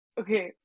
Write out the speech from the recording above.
okay